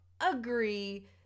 agree